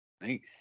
Nice